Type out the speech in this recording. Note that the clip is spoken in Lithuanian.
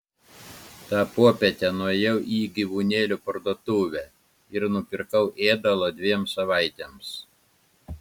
tą popietę nuėjau į gyvūnėlių parduotuvę ir nupirkau ėdalo dviem savaitėms